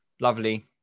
lovely